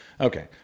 Okay